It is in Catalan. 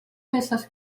peces